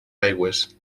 aigües